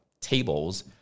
tables